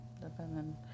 depending